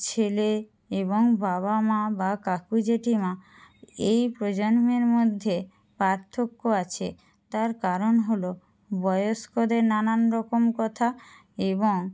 ছেলে এবং বাবা মা বা কাকু জেঠিমা এই প্রজন্মের মধ্যে পার্থক্য আছে তার কারণ হলো বয়স্কদের নানান রকম কথা এবং